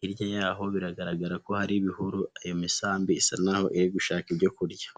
hirya yaho biragaragara ko hari ibihuru, iyo misambi isa naho iri gushaka ibyo kurya.